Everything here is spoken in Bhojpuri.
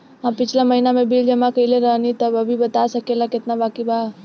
हम पिछला महीना में बिल जमा कइले रनि अभी बता सकेला केतना बाकि बा?